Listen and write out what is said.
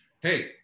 hey